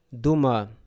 duma